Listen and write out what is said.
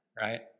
right